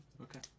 Okay